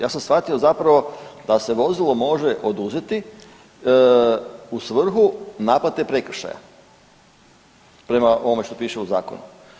Ja sam shvatio zapravo da se vozilo može oduzeti u svrhu naplate prekršaja prema ovome što piše u Zakonu.